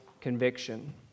conviction